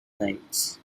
knives